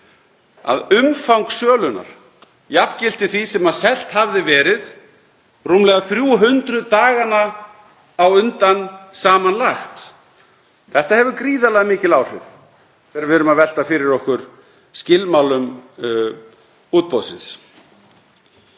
Umfang sölunnar jafngilti því sem selt hafði verið rúmlega 300 daga á undan samanlagt. Þetta hefur gríðarlega mikil áhrif þegar við erum að velta fyrir okkur skilmálum útboðsins.